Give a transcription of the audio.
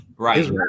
Right